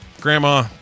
Grandma